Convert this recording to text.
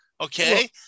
okay